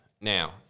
Now